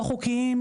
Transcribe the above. לא חוקיים,